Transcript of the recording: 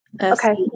Okay